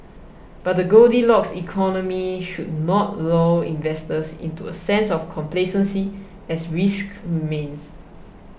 but the Goldilocks economy should not lull investors into a sense of complacency as risks remain